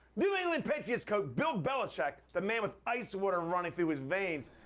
new england patriots' coach, bill belichick, the man with ice water running through his veins,